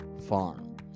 farm